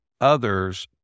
others